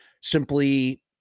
simply